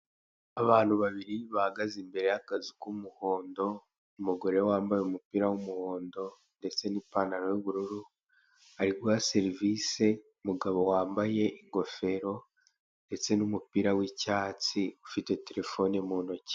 Abantu babiri bahagaze imbere y'akazu k'umuhondo, umugore wambaye umupira w'umuhondo ndetse n'ipantaro y'ubururu ari guha serivise umugabo wambaye ingofero ndetse n'umupira w'icyatsi ufite terefone mu ntoki.